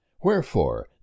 Wherefore